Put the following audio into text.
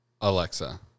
Alexa